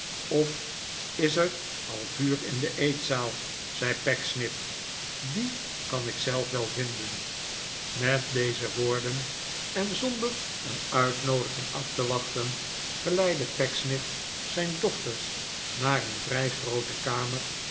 of is er al vuur in de eetzaal zei pecksniff die kan ik zelf wel vinden met deze woorden en zonder een uitnoodiging af te wachten geleidde pecksniff zijn dochters naar een vrij groote kamer